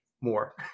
more